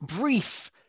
brief